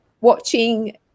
watching